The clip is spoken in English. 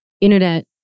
internet